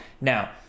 Now